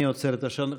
אני עוצר את השעון.